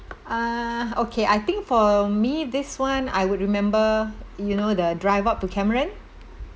uh okay I think for me this one I would remember you know the drive up to cameron